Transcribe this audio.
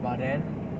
but then